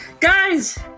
Guys